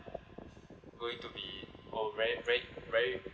going to be oh very very very